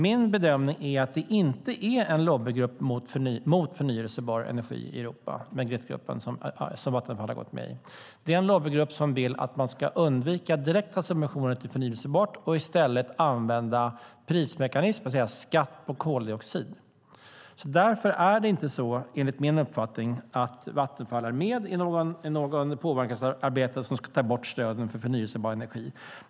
Min bedömning är att Magrittegruppen, som Vattenfall har gått med i, inte är en lobbygrupp mot förnybar energi i Europa. Det är en lobbygrupp som vill att man ska undvika direkta subventioner till förnybart och i stället använda prismekanismer, det vill säga skatt på koldioxid. Därför är det inte så, enligt min uppfattning, att Vattenfall är med i något påverkansarbete för att ta bort stöden till förnybar energi.